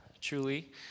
truly